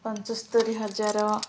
ପଞ୍ଚସ୍ତରୀ ହଜାର